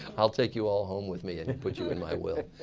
i'll take you all home with me and put you in my will.